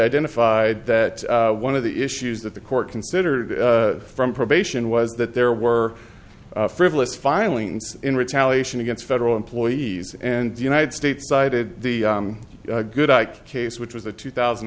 identified that one of the issues that the court considered from probation was that there were frivolous filings in retaliation against federal employees and the united states cited the good i case which was a two thousand